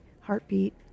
heartbeat